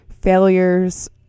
failures